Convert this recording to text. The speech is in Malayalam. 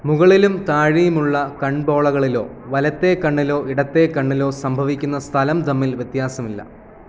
മുകളിലും താഴെയുമുള്ള കൺപോളകളിലോ വലത്തേ കണ്ണിലോ ഇടത്തേ കണ്ണിലോ സംഭവിക്കുന്ന സ്ഥലം തമ്മിൽ വ്യത്യാസമില്ല